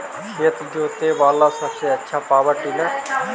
खेत जोते बाला सबसे आछा पॉवर टिलर?